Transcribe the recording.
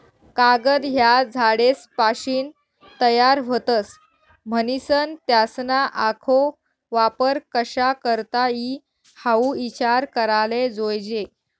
कागद ह्या झाडेसपाशीन तयार व्हतस, म्हनीसन त्यासना आखो वापर कशा करता ई हाऊ ईचार कराले जोयजे